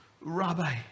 Rabbi